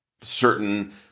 certain